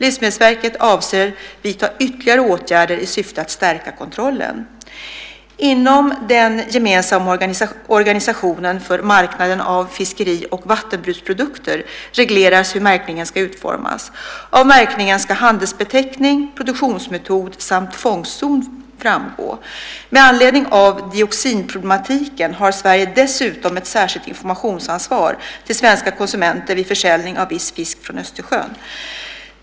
Livsmedelsverket avser att vidta ytterligare åtgärder i syfte att stärka kontrollen. Inom den gemensamma organisationen för marknaden för fiskeri och vattenbruksprodukter regleras hur märkningen ska utformas. Av märkningen ska handelsbeteckning, produktionsmetod samt fångstzon framgå. Med anledning av dioxinproblematiken har Sverige dessutom ett särskilt informationsansvar till svenska konsumenter vid försäljning av viss fisk från Östersjön.